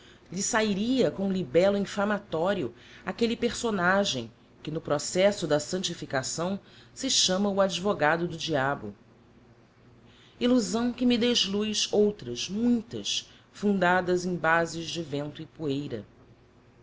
lhe sahiria com libello infamatorio aquelle personagem que no processo da santificação se chama o advogado do diabo illusão que me desluz outras muitas fundadas em bases de vento e poeira